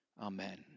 Amen